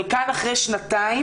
חלקן אחרי שנתיים